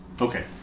Okay